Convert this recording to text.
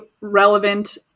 relevant